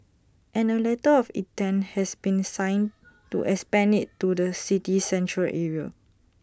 and A letter of intent has been signed to expand IT to the city's Central Area